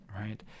right